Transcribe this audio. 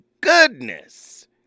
goodness